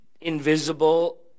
invisible